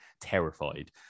terrified